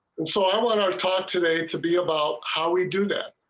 and so um on our talk today to be about how we do that.